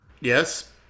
Yes